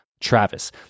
Travis